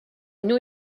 new